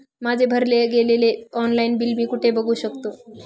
माझे भरले गेलेले ऑनलाईन बिल मी कुठे बघू शकतो?